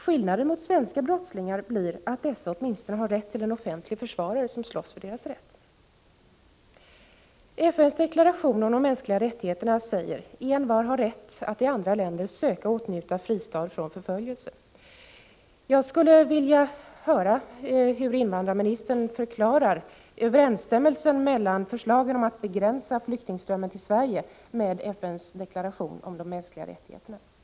Skillnaden mellan svenska brottslingar och asylsökande består dock i att brottslingarna åtminstone har rätt till en offentlig försvarare som slåss för deras rätt. FN:s deklaration om de mänskliga rättigheterna säger: Envar har rätt att i andra länder söka och åtnjuta fristad från förföljelse. Jag skulle vilja höra invandrarministern förklara hur det förhåller sig när det gäller överenstämmelsen mellan förslagen om att begränsa flyktingströmmen till Sverige å ena sidan och FN:s deklaration om de mänskliga rättigheterna å andra sidan.